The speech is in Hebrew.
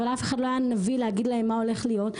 אבל אף אחד לא היה נביא להגיד להם מה הולך להיות.